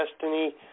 Destiny